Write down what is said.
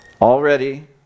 already